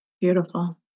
Beautiful